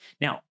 Now